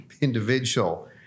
individual